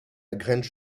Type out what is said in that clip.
grange